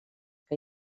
que